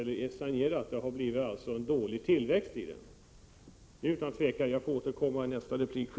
Det får jag återkomma till i en senare replik.